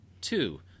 Two